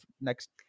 next